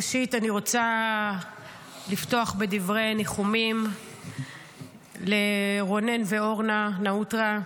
ראשית אני רוצה לפתוח בדברי ניחומים לרונן ואורנה נאוטרה,